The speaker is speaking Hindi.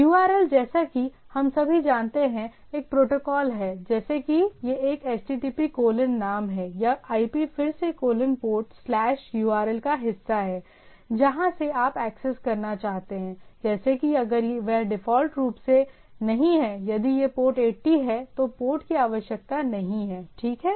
URL जैसा कि हम सभी जानते हैं एक प्रोटोकॉल है जैसे कि यह एक HTTP कोलोन नाम है या IP फिर से कोलोन पोर्ट स्लैश URL का हिस्सा है जहां से आप एक्सेस करना चाहते हैं जैसे कि अगर वह डिफ़ॉल्ट रूप से नहीं है यदि यह पोर्ट 80 है तो पोर्ट की आवश्यकता नहीं है ठीक है